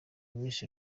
miss